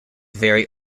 very